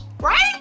Right